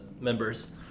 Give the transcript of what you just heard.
members